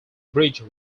bridge